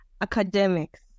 academics